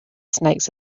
snakes